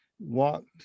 Walked